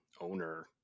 owner